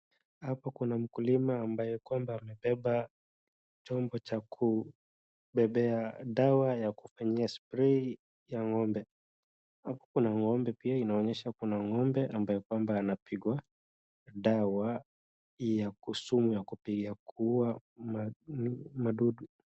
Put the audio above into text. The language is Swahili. Hapa kuna mkulima ambaye kwamba amebeba chombo cha kubebea dawa ya kufanyia spray ya ng'ombe. Hapa kuna ngómbe pia inaonyesha kuna ng'ombe ambaye kwamba anapigwa dawa ya, sumu ya kuua ma, ma madudu.